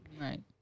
Right